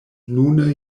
nune